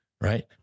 right